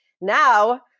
Now